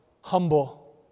humble